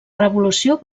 revolució